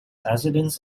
accidents